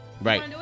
Right